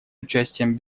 участием